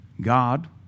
God